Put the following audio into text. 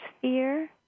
fear